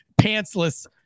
pantsless